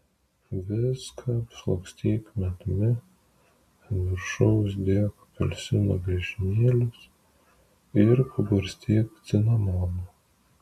viską apšlakstyk medumi ant viršaus dėk apelsino griežinėlius ir apibarstyk cinamonu